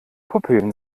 pupillen